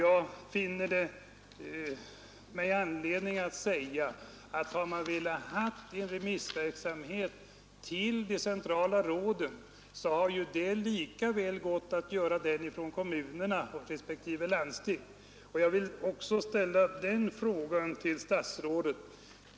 Eftersom regeringen ämnar remittera framställningarna till de centrala råden finner jag anledning att säga att kommunerna och landstingen lika väl hade kunnat remittera ärendena dit.